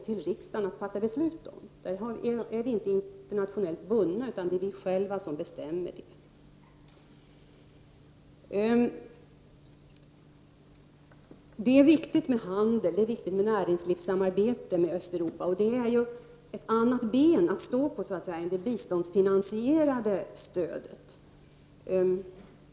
I fråga om detta är vi i Sverige inte internationellt bundna, utan det är vi själva som bestämmer detta. Det är viktigt med handel och näringslivssamarbete med Östeuropa. Och det är så att säga ett annat ben att stå på än beträffande det biståndsfinansierade stödet.